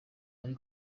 ari